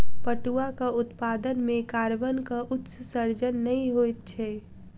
पटुआक उत्पादन मे कार्बनक उत्सर्जन नै होइत छै